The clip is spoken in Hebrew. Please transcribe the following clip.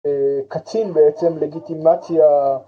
קצין בעצם לגיטימציה